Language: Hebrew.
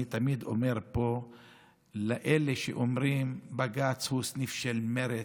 אני תמיד אומר פה לאלה שאומרים שבג"ץ הוא סניף של מרצ,